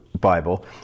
Bible